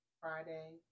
Friday